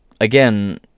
Again